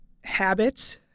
habits